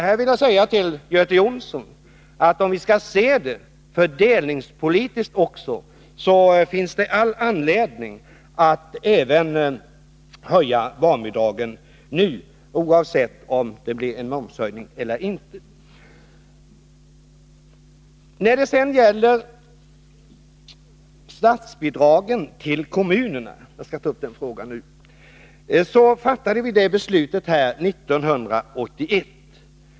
Här vill jag säga till Göte Jonsson att om vi skall se det fördelningspolitiskt också så finns det all anledning att även höja barnbidraget nu, oavsett om det blir en momshöjning eller inte. Beslutet om statsbidrag till kommunerna — jag skall ta upp den frågan nu — fattade vi 1981.